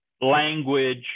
language